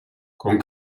con